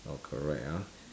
all correct ah